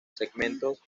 segmentos